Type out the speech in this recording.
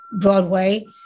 Broadway